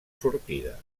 sortida